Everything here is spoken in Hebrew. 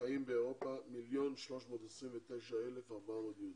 חיים באירופה 1,329,400 יהודים.